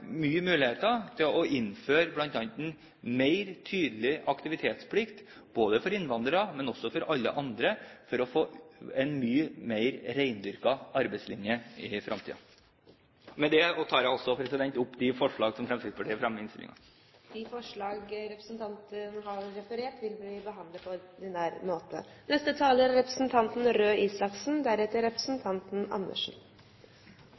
muligheter til å innføre bl.a. en mer tydelig aktivitetsplikt overfor både innvandrere og alle andre for å få en mye mer rendyrket arbeidslinje i fremtiden. Med det tar jeg opp de forslag som Fremskrittspartiet fremmer i innstillingen. Representanten Robert Eriksson har tatt opp de forslag han refererte til. Jeg har lyst til å starte med to presiseringer. Den første går til saksordføreren. Det er